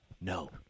no